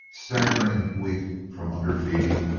staggering weak from underfeeding,